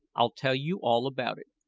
i'll tell you all about it,